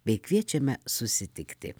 bei kviečiame susitikti